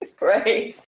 Right